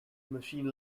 machine